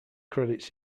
credits